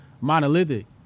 monolithic